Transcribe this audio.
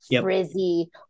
frizzy